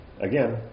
again